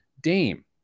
Dame